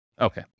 Okay